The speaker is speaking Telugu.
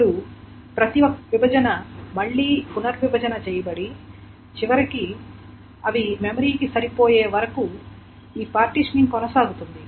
అప్పుడు ప్రతి ఒక్క విభజన మళ్ళీ పునర్విభజన చేయబడి చివరికి అవి మెమరీకి సరిపోయే వరకు ఈ పార్టిషనింగ్ కొనసాగుతుంది